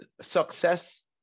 success